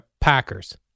Packers